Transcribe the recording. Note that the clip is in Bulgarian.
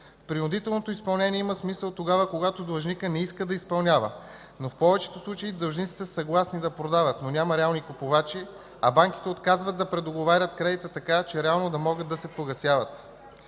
Принудителното изпълнение има смисъл тогава, когато длъжникът не иска да изпълнява. Но в повечето случаи длъжниците са съгласни да продават, но няма реални купувачи, а банките отказват да предоговарят кредитите така, че реално да могат да се погасяват.